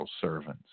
servants